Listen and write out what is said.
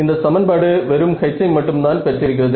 இந்த சமன்பாடு வெறும் H ஐ மட்டும்தான் பெற்றிருக்கிறது